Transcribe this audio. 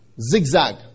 Zigzag